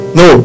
no